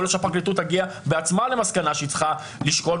יכול להיות שהפרקליטות תגיע בעצמה למסקנה שהיא צריכה לשקול,